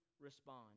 respond